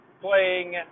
playing